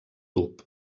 tub